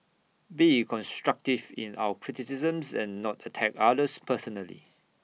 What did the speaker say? be constructive in our criticisms and not attack others personally